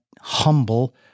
humble